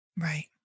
right